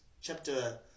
chapter